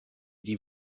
die